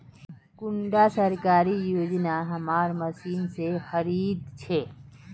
कुंडा सरकारी योजना हमार मशीन से खरीद छै?